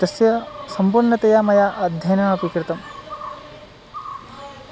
तस्य सम्पूर्णतया मया अध्ययनमपि कृतम्